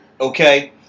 Okay